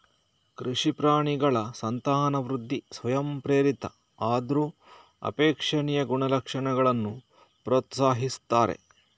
ಕೃಷಿ ಪ್ರಾಣಿಗಳ ಸಂತಾನವೃದ್ಧಿ ಸ್ವಯಂಪ್ರೇರಿತ ಆದ್ರೂ ಅಪೇಕ್ಷಣೀಯ ಗುಣಲಕ್ಷಣಗಳನ್ನ ಪ್ರೋತ್ಸಾಹಿಸ್ತಾರೆ